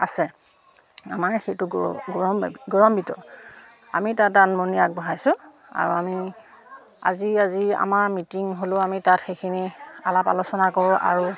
আছে আমাৰ সেইটো গৌৰ গৌৰম গৌৰম্বিত আমি তাত দান বৰঙনি আগবঢ়াইছোঁ আৰু আমি আজি আজি আমাৰ মিটিং হ'লেও আমি তাত সেইখিনি আলাপ আলোচনা কৰোঁ আৰু